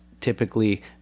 typically